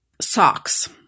Socks